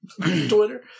Twitter